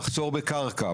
מחסור בקרקע,